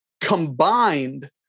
combined